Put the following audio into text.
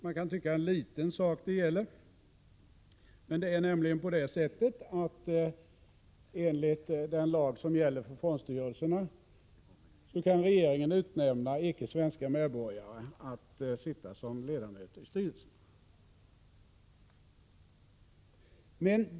Man kan tycka att det gäller en liten sak, men enligt den lag som gäller för fondstyrelserna kan regeringen utnämna icke svenska medborgare att sitta som ledamöter i styrelserna.